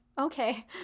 Okay